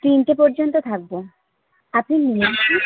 তিনটে পর্যন্ত থাকব আপনি নিয়ে আসুন